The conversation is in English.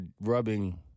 rubbing